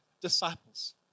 disciples